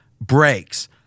breaks